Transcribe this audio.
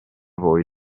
voi